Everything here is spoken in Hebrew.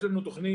יש לנו תכנית,